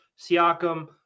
Siakam